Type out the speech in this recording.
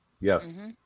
Yes